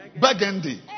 Burgundy